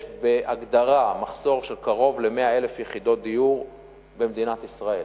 יש בהגדרה מחסור של קרוב ל-100,000 יחידות דיור במדינת ישראל,